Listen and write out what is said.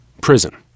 prison